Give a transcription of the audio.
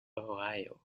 ohio